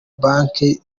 banki